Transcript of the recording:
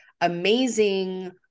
amazing